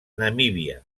namíbia